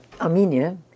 Armenia